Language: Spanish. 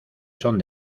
son